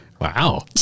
Wow